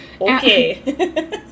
Okay